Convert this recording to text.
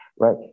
Right